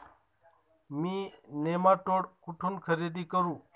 मी nematode कुठून खरेदी करू?